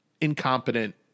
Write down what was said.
incompetent